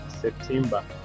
September